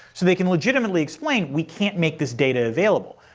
so they can legitimately explain we can't make this data available.